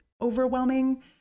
overwhelming